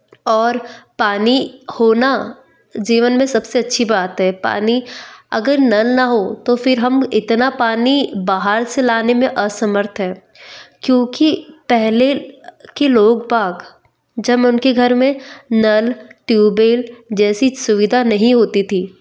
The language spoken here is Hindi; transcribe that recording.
और पानी होना जीवन में सबसे अच्छी बात है पानी अगर नल ना हो तो फिर हम इतना पानी बाहर से लाने में असमर्थ हैं क्योंकि पहले के लोग बाग जब मैं उनके घर में नल ट्यूबवेल जैसी सुविधा नहीं होती थी